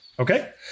Okay